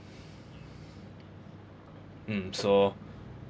mm so